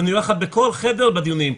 ואני אומר לך בכל חדר בדיונים,